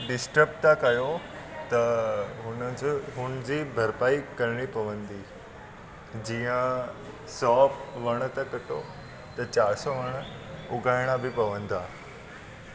disturb था कयो त हुनजो हुनजी भरपाई करणी पवंदी जीअं सौ वण था कटो त चारि सौ वण उॻाइणा बि पवंदा